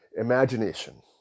imagination